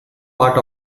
part